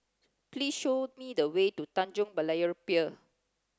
please show me the way to Tanjong Berlayer Pier